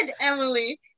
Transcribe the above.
Emily